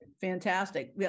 fantastic